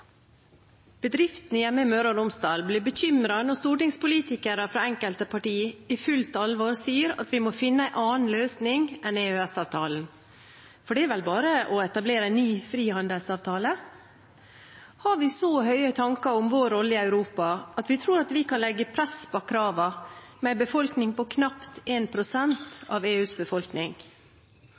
Bedriftene hjemme i Møre og Romsdal blir bekymret når stortingspolitikere fra enkelte partier i fullt alvor sier at vi må finne en annen løsning enn EØS-avtalen, for det er vel bare å etablere en ny frihandelsavtale? Har vi så høye tanker om vår rolle i Europa at vi tror at vi kan legge press bak kravene, med en befolkning på knapt 1 pst. av EUs befolkning?